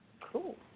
Cool